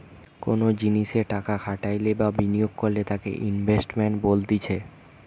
কোনো জিনিসে টাকা খাটাইলে বা বিনিয়োগ করলে তাকে ইনভেস্টমেন্ট বলতিছে